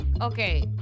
Okay